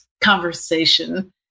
conversation